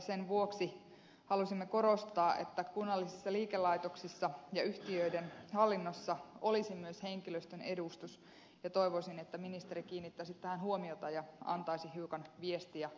sen vuoksi halusimme korostaa että kunnallisissa liikelaitoksissa ja yhtiöiden hallinnossa olisi myös henkilöstön edustus ja toivoisin että ministeri kiinnittäisi tähän huomiota ja antaisi hiukan viestiä kuntiin